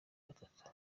batatu